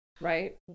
right